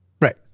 Right